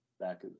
back